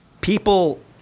people